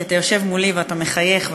כי אתה יושב מולי ואתה מחייך,